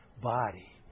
body